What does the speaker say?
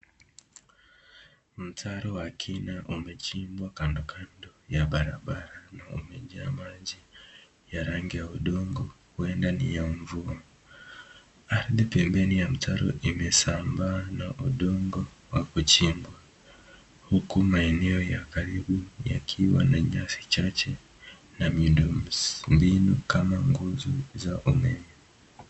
Mtaro wa kina umechimbea kando kando ya barabara na umejaa maji ya rangi ya udongo huenda ni ya mvua hadi pembeni ya mtaro imesambaa na udongo wa kuchibwa huku maeneo ya karibu yakiwa na nyasi chache na miundo mbinu kama nguzo za umeme.